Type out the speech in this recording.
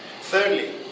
thirdly